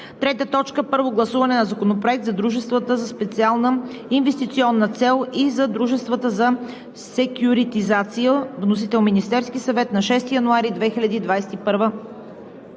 2021 г. 3. Първо гласуване на Законопроекта за дружествата със специална инвестиционна цел и за дружествата за секюритизация. Вносител – Министерският съвет на 6 януари 2021